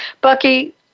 Bucky